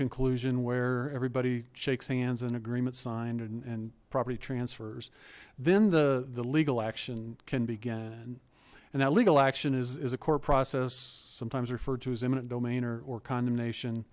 conclusion where everybody shakes hands and agreement signed and and property transfers then the the legal action can begin and that legal action is a court process sometimes referred to as eminent domain or condemnation